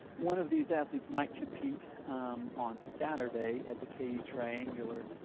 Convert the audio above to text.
one of these athletes might compete on saturday at the ku triangular.